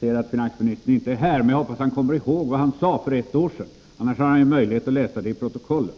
ser att finansministern inte är här, men jag hoppas att han kommer ihåg vad han sade för ett år sedan. Annars har han möjlighet att läsa det i protokollet.